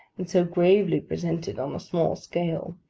and so gravely presented on a small scale,